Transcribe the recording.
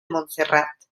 montserrat